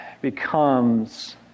becomes